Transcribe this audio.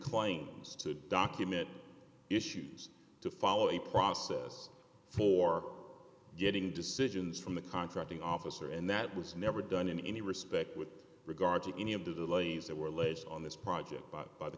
claims to document issues to follow a process for getting decisions from the contracting officer and that was never done in any respect with regard to any of the delays that were laid on this project by the